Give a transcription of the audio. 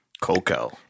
Coco